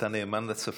אתה נאמן לצפון.